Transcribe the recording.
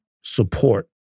support